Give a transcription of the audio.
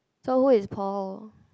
so who is Paul